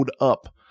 up